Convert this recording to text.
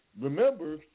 Remember